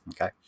Okay